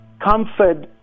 comfort